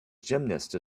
gymnast